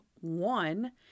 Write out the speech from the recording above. one